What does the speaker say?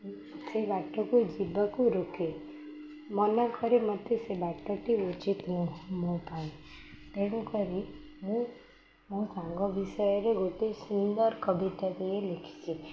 ସେ ବାଟକୁ ଯିବାକୁ ରୋକେ ମନେକରେ ମତେ ସେ ବାଟଟି ଉଚିତ୍ ନୁହଁ ମୋ ପାଇଁ ତେଣୁକରି ମୁଁ ମୋ ସାଙ୍ଗ ବିଷୟରେ ଗୋଟେ ସୁନ୍ଦର କବିତା ଟିଏ ଲେଖିଛି